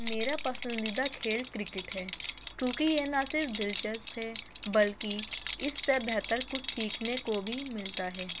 میرا پسندیدہ کھیل کرکٹ ہے کیونکہ یہ نہ صرف دلچسپ ہے بلکہ اس سے بہتر کچھ سیکھنے کو بھی ملتا ہے